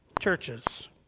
churches